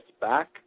back